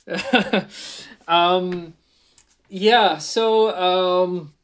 um ya so um